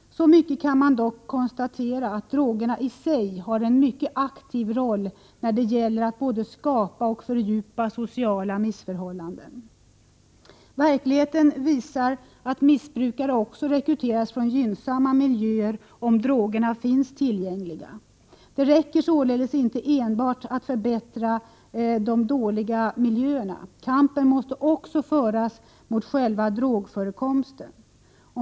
Så mycket kan man dock konstatera som att drogerna i sig har en aktiv roll när det gäller att både skapa och fördjupa sociala missförhållanden. Verkligheten visar att missbrukare också rekryteras från gynnsamma miljöer om drogerna finns tillgängliga. Det räcker således inte enbart att förbättra de dåliga miljöerna. Kampen måste också föras mot själva drogförekomsten.